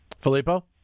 Filippo